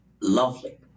lovely